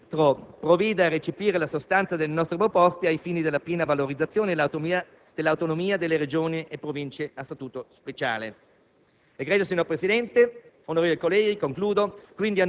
per questo. Ci auguriamo pertanto che il Ministro provveda a recepire la sostanza delle nostre proposte ai fini della piena valorizzazione dell'autonomia delle Regioni e Province a Statuto speciale.